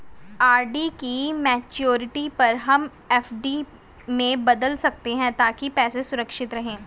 RD की maturity पर हम एफ.डी में बदल सकते है ताकि पैसे सुरक्षित रहें